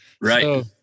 Right